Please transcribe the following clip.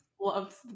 loves